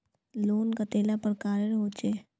Loan कतेला प्रकारेर होचे?